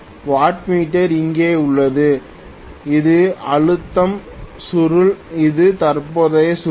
wattmeter இங்கே உள்ளது இது அழுத்தம் சுருள் இது தற்போதைய சுருள்